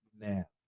now